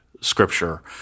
Scripture